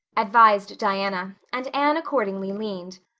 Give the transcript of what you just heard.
advised diana, and anne accordingly leaned.